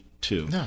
two